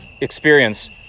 experience